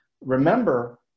remember